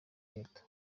leta